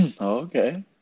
Okay